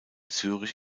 zürich